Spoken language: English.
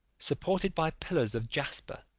supported by pillars of jasper,